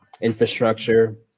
infrastructure